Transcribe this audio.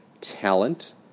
talent